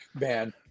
man